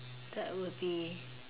that would be